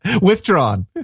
Withdrawn